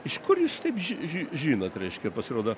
iš kur jūs taip ži ži žinot reiškia pasirodo